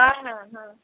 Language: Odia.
ହଁ ହଁ ହଁ